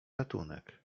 ratunek